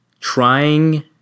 trying